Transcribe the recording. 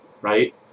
right